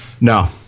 No